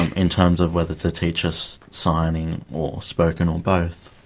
um in terms of whether to teach us signing or spoken or both.